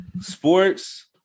Sports